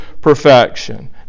perfection